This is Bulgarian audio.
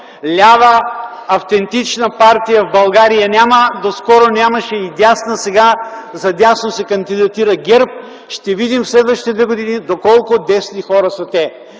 Лява автентична партия в България няма, доскоро нямаше и дясна. Сега за дясно се кандидатира ГЕРБ. Ще видим следващите две години доколко десни хора са те.